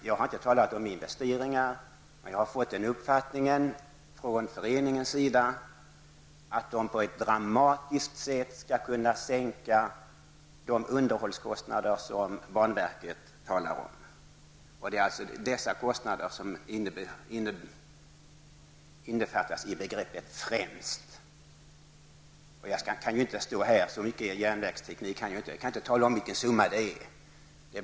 Jag har inte talat om investeringar, men jag har fått den uppfattningen från föreningens sida att man på ett dramatiskt sätt skulle kunna sänka de underhållskostnader som banverket talar om. Dessa kostnader innefattas i begreppet ''främst''. Så mycket järnvägsteknik kan jag inte att jag här kan tala om vilken summa det handlar om.